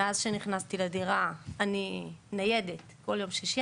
ומאז שנכנסתי לדירה אני כל יום שישי